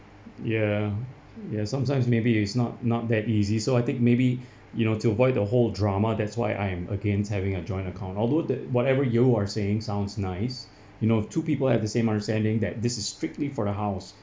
ya ya sometimes maybe is not not that easy so I think maybe you know to avoid the whole drama that's why I am against having a joint account although that whatever you are saying sounds nice you know two people at the same understanding that this is strictly for the house